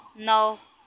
नौ